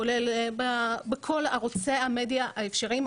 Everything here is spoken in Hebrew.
כולל בכל ערוצי המדיה האפשריים,